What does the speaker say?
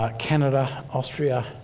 but canada, austria,